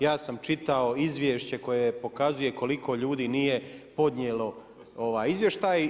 Ja sam čitao izvješće koje pokazuje koliko ljudi nije podnijelo ovaj izvještaj.